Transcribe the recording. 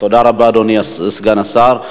תודה רבה, אדוני סגן השר.